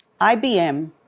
IBM